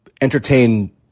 entertain